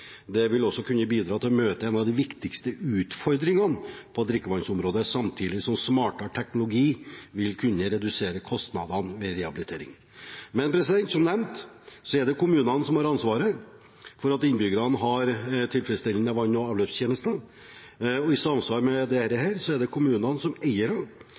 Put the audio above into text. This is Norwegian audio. Det vil også kunne bidra til å møte en av de viktigste utfordringene på drikkevannsområdet, samtidig som smartere teknologi vil kunne redusere kostnadene ved rehabilitering. Men som nevnt: Det er kommunene som har ansvaret for at innbyggerne har tilfredsstillende vann- og avløpstjenester, og i samsvar med dette er det kommunene, som